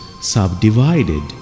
subdivided